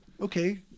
Okay